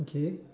okay